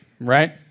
right